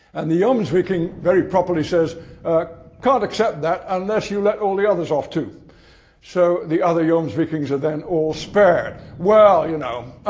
and the jomsviking, very properly says can't accept that unless you let all the others off too so the other jomsvikings are then all spared. well, you know,